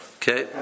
okay